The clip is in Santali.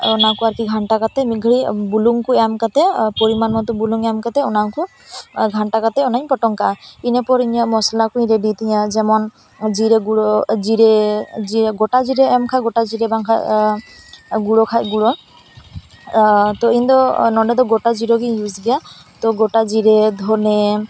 ᱚᱱᱟ ᱠᱚ ᱟᱨᱠᱤ ᱜᱷᱟᱱᱴᱟ ᱠᱟᱛᱮᱜ ᱢᱤᱫ ᱜᱷᱟᱹᱲᱤᱡ ᱵᱩᱞᱩᱝ ᱠᱚ ᱮᱢ ᱠᱟᱛᱮᱜ ᱯᱚᱨᱤᱢᱟᱱ ᱢᱚᱛᱚ ᱵᱩᱞᱩᱝ ᱮᱢ ᱠᱟᱛᱮᱜ ᱚᱱᱟ ᱠᱚ ᱜᱷᱟᱱᱴᱟ ᱠᱟᱛᱮᱜ ᱚᱱᱟᱧ ᱯᱚᱴᱚᱢ ᱠᱟᱜᱼᱟ ᱤᱱᱟᱹ ᱯᱚᱨ ᱤᱧᱟᱹᱜ ᱢᱚᱥᱞᱟ ᱠᱚᱧ ᱨᱮᱰᱤ ᱛᱤᱧᱟᱹ ᱡᱮᱢᱚᱱ ᱡᱤᱨᱟᱹ ᱜᱩᱲᱟᱹ ᱡᱤᱨᱮ ᱜᱚᱴᱟ ᱡᱤᱨᱮ ᱮᱢ ᱠᱷᱟᱡ ᱜᱚᱴᱟ ᱡᱤᱨᱮ ᱵᱟᱝ ᱠᱷᱟᱡ ᱜᱩᱲᱳ ᱠᱷᱟᱡ ᱜᱩᱲᱳ ᱛᱚ ᱤᱧ ᱫᱚ ᱱᱚᱸᱰᱮ ᱫᱚ ᱜᱚᱴᱟ ᱡᱤᱨᱮ ᱜᱮᱧ ᱤᱭᱩᱡᱽ ᱜᱮᱭᱟ ᱛᱚ ᱜᱚᱴᱟ ᱡᱤᱨᱮ ᱫᱷᱚᱱᱮ